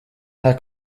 herr